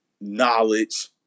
knowledge